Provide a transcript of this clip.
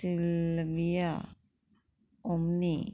सिलमिया omni